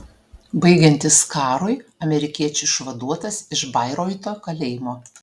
baigiantis karui amerikiečių išvaduotas iš bairoito kalėjimo